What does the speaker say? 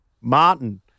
Martin